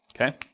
Okay